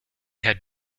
had